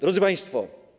Drodzy Państwo!